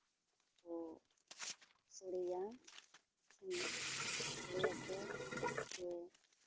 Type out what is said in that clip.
ᱠᱚ ᱥᱳᱲᱮᱭᱟ ᱥᱤᱢ ᱥᱳᱲᱮᱭᱟᱠᱚ ᱟᱨᱠᱚ